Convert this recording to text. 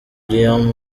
guillaume